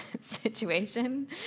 situation